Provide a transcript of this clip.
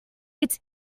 its